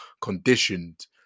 conditioned